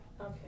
Okay